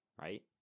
Right